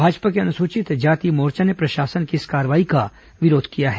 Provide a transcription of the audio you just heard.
भाजपा के अनुसूचित जाति मोर्चा ने प्रशासन की इस कार्रवाई का विरोध किया है